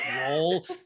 roll